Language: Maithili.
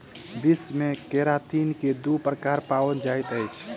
विश्व मे केरातिन के दू प्रकार पाओल जाइत अछि